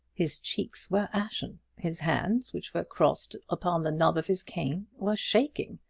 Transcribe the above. his cheeks were ashen. his hands, which were crossed upon the knob of his cane, were shaking.